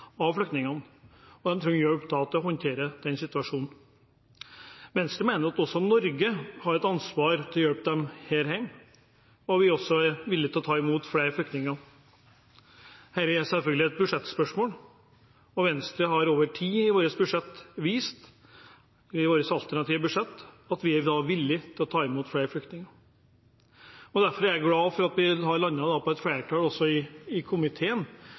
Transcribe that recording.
til å håndtere den situasjonen. Venstre mener at Norge har et ansvar for å hjelpe dem her hjemme, og vi er også villige til å ta imot flere flyktninger. Dette er selvfølgelig et budsjettspørsmål, og Venstre har over tid i sitt alternative budsjett vist at vi er villige til å ta imot flere flyktninger. Derfor er jeg glad for at det er et flertall i komiteen som gjør at det er en mulighet til å se på dette videre, og at også